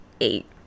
eight